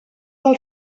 del